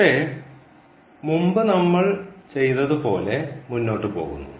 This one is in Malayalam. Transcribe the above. പക്ഷേ മുമ്പ് നമ്മൾ ചെയ്തതുപോലെ മുന്നോട്ടുപോകുന്നു